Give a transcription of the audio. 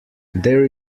there